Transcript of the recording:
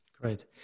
Great